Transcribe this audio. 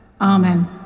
Amen